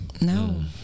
No